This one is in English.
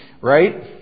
right